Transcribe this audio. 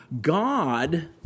God